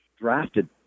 drafted